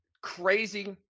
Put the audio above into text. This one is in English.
crazy